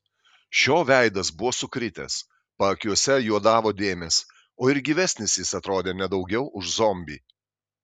šio veidas buvo sukritęs paakiuose juodavo dėmės o ir gyvesnis jis atrodė ne daugiau už zombį